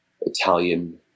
Italian